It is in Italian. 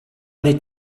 nei